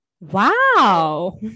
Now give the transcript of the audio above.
wow